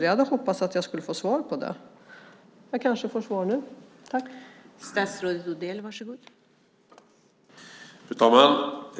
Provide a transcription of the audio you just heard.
Jag hade hoppats att jag skulle få svar på det. Jag kanske får svar nu.